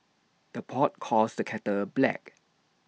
the pot calls the kettle black